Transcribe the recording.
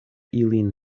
ilin